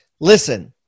listen